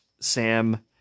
Sam